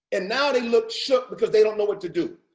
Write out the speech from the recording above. and now they look shook because they don't know what to do.